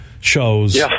shows